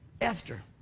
Esther